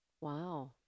wow